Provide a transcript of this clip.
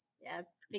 Yes